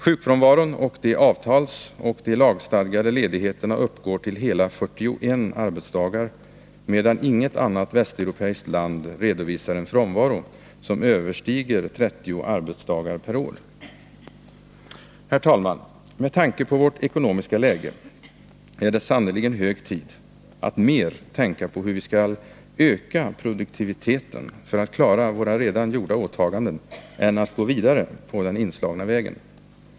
Sjukfrånvaron och de avtalsoch lagstadgade ledigheterna uppgår till hela 41 arbetsdagar, medan inget annat västeuropeiskt land redovisar en frånvaro som överstiger 30 arbetsdagar per år. Herr talman! Med tanke på vårt ekonomiska läge är det sannerligen hög tid att mer tänka på hur vi skall öka produktiviteten för att klara våra redan gjorda åtaganden än att gå vidare på den inslagna vägen.